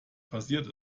passiert